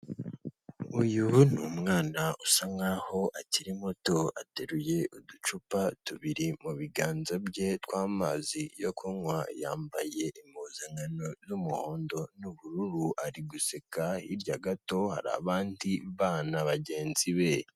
Uyu ni umwana usa nkaho akiri muto, ateruye uducupa tubiri mu biganza bye tw'amazi yo kunywa, yambaye impuzankano z'umuhondo n'ubururu, ari guseka hirya gato hari abandi bana bagenzi be.